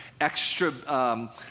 extra